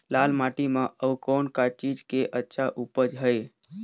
लाल माटी म अउ कौन का चीज के अच्छा उपज है?